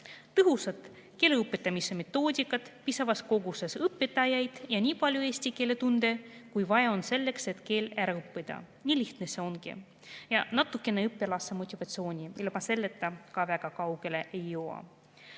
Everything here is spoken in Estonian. tõhusat keele õpetamise metoodikat, piisavas koguses õpetajaid ja nii palju eesti keele tunde, kui on vaja selleks, et keel ära õppida. Nii lihtne see ongi. Ja natukene õpilase motivatsiooni, ilma selleta ka väga kaugele ei